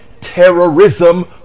terrorism